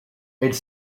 elle